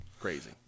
Crazy